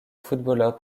footballeur